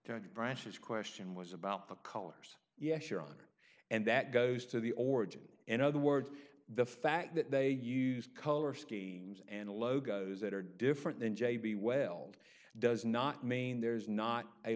but that branches question was about the colors yes your honor and that goes to the origin in other words the fact that they use color schemes and logos that are different than j b well does not mean there's not a